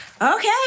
Okay